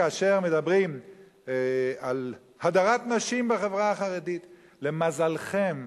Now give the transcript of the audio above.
כאשר מדברים על הדרת נשים בחברה החרדית למזלכם,